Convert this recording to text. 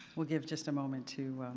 we'll give just a moment to